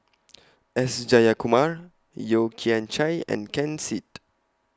S Jayakumar Yeo Kian Chye and Ken Seet